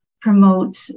promote